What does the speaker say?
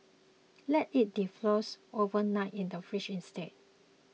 let it defrost overnight in the fridge instead